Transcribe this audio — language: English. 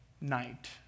night